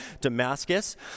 Damascus